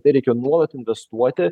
tai reikia nuolat investuoti